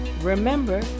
Remember